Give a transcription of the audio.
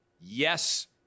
Yes